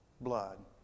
blood